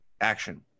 action